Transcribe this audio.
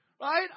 right